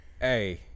Hey